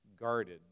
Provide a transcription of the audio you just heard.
guarded